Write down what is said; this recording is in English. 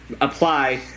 apply